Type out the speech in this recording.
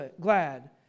glad